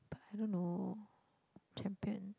I don't know champion